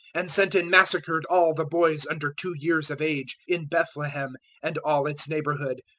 and sent and massacred all the boys under two years of age, in bethlehem and all its neighbourhood,